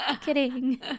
kidding